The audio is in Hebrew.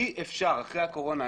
אי אפשר אחרי הקורונה.